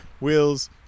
Wheels